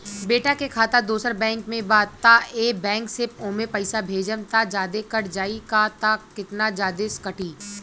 बेटा के खाता दोसर बैंक में बा त ए बैंक से ओमे पैसा भेजम त जादे कट जायी का त केतना जादे कटी?